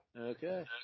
Okay